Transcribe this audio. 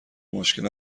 مشکل